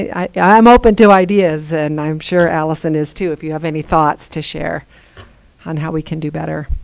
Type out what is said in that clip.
ah i'm open to ideas. and i'm sure allison is too, if you have any thoughts to share on how we can do better.